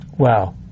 Wow